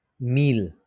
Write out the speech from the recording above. meal